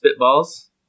spitballs